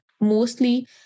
mostly